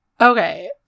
Okay